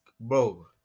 bro